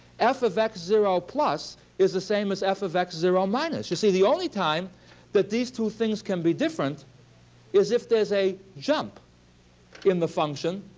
f of x zero plus is the same as f of x zero minus. you see, the only time that these two things can be different is if there is a jump in the function